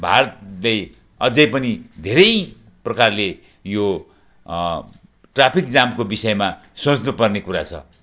भारत देश अझै पनि धेरै प्रकारले यो ट्राफिक जामको विषयमा सोच्नुपर्ने कुरा छ